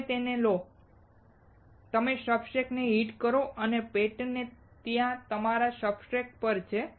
તમે તેને લો તમે સબસ્ટ્રેટ ને હિટ કરો અને પેટર્ન ત્યાં તમારા સબસ્ટ્રેટ પર છે